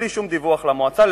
בלי שום דיווח למועצה.